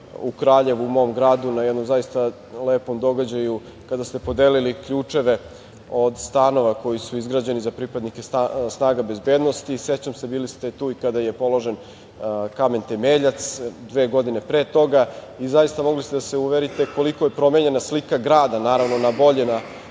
u Kraljevu, u mom gradu, na jednom zaista lepom događaju, kada ste podelili ključeve od stanova koji su izgrađeni za pripadnike snaga bezbednosti. Sećam se, bili ste tu i kada je položen kamen temeljac, dve godine pre toga. Zaista, mogli ste da se uverite koliko je promenjena slika grada, naravno na bolje,